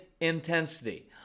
intensity